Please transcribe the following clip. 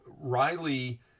Riley